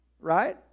Right